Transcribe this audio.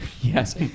Yes